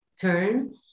turn